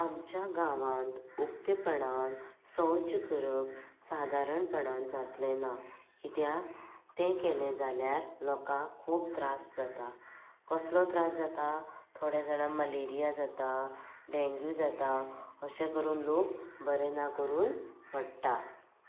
आमच्या गांवांत उक्तेपणान शौच करप सादारणपणान जातले ना कित्याक तें केलें जाल्यार लोकांक खूब त्रास जाता कसलो त्रास जाता थोड्या जाणांक मलेरिया जाता डेंग्यू जाता अशें करून लोक बरें ना करून पडटात